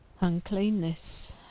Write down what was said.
Uncleanness